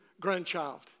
grandchild